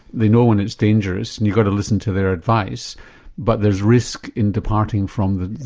they know when it's dangerous and you've got to listen to their advice but there's risk in departing from the